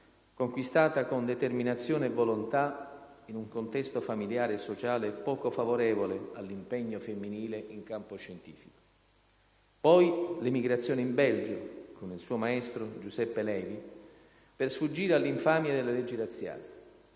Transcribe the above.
conquistata con determinazione e volontà in un contesto familiare e sociale poco favorevole all'impegno femminile in campo scientifico. Poi l'emigrazione in Belgio, con il suo maestro Giuseppe Levi, per sfuggire all'infamia delle leggi razziali.